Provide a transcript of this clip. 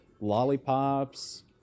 Lollipops